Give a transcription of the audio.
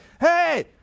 hey